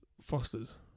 Fosters